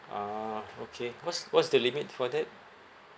ah okay what's what's the limit for that